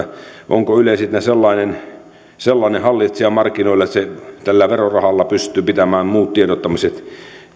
onko yle sellainen hallitsija markkinoilla että se tällä verorahalla pystyy pitämään muut tiedottamiset